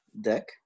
deck